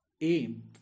aim